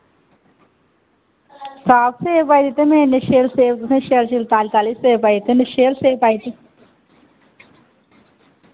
साफ हे भाई दित्ते में इन्ने शैल सेब तुसें शैल सेब ताली ताली सेब पाई दित्ते में शैल सेब पाई दित्ते